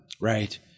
Right